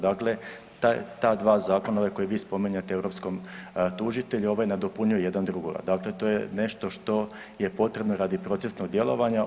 Dakle, ta dva zakona koja vi spominjete o europskom tužitelju ovaj nadopunjuje jedan drugoga, dakle to je nešto što je potrebno radi procesnog djelovanja.